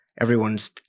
everyone's